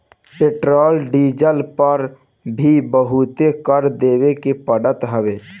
petrol diesel पअ भी बहुते कर देवे के पड़त हवे